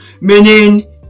meaning